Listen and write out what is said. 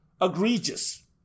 egregious